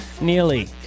Nearly